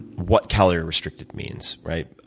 what calorie restricted means, right?